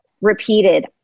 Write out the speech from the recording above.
repeated